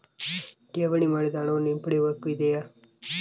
ಠೇವಣಿ ಮಾಡಿದ ಹಣವನ್ನು ಹಿಂಪಡೆಯವ ಹಕ್ಕು ಇದೆಯಾ?